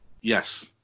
Yes